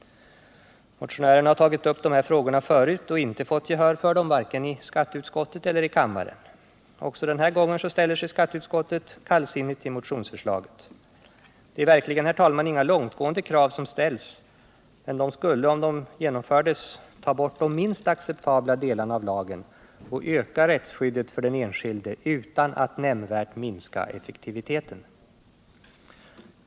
Jag har tagit upp dessa frågor förut och inte fått gehör för dem vare sig i skatteutskottet eller i kammaren. Också denna gång ställer sig skatteutskottet kallsinnigt till motionsförslaget. Det är verkligen inga långtgående krav som ställs, men de skulle, om de genomfördes, ta bort de minst acceptabla delarna av lagen och öka rättsskyddet för den enskilde utan att nämnvärt minska effektiviteten.